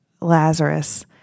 Lazarus